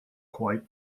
quite